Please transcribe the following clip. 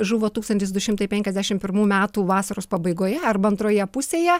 žuvo tūkstantis du šimtai penkiasdešim pirmų metų vasaros pabaigoje arba antroje pusėje